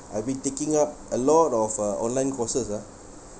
I've been taking up a lot of uh online courses ah